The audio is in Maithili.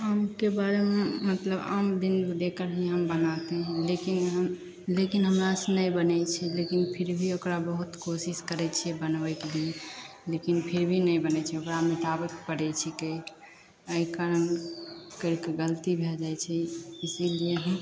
आमके बारेमे मतलब आम दिन जे कनि हम बनाते हैं लेकिन हम लेकिन हमरासे नहि बनै छै लेकिन फिर भी ओकरा बहुत कोशिश करै छिए बनबैके लिए लेकिन फिर भी नहि बनै छै ओकरा मिटाबैके पड़ै छिकै एहि कारण कनि गलती भै जाइ छै इसीलिए